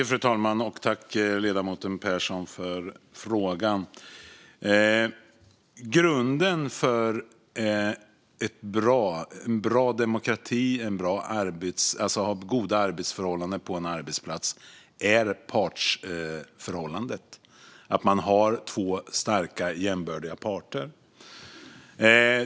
Fru talman! Tack så mycket, ledamoten Persson, för frågorna! Grunden för en bra demokrati och goda förhållanden på en arbetsplats är partsförhållandet - att man har två starka jämbördiga parter.